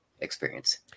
experience